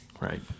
Right